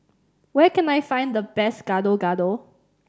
where can I find the best Gado Gado